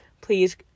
please